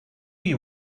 you